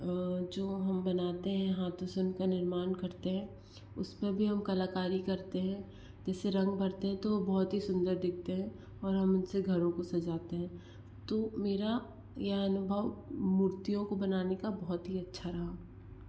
जो हम बनाते हैं हाथों से उनका निर्माण करते हैं उसपे भी हम कलाकारी करते हैं जैसे रंग भरते हैं तो वो बहुत ही सुन्दर दिखते हैं और हम उनसे घरों को सजाते हैं तो मेरा यह अनुभव मुर्तियों को बनाने का बहुत ही अच्छा रहा